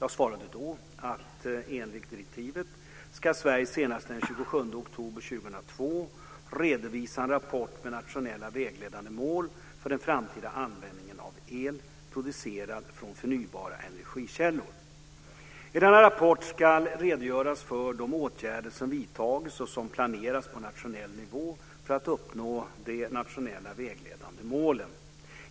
Jag svarade då att enligt direktivet ska Sverige senast den 27 oktober 2002 redovisa en rapport med nationella vägledande mål för den framtida användningen av el producerad från förnybara energikällor. I denna rapport ska redogöras för de åtgärder som vidtagits och som planeras på nationell nivå för att uppnå de nationella vägledande målen.